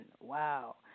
Wow